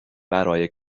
برای